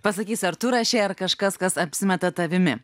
pasakysi ar tu rašei ar kažkas kas apsimeta tavimi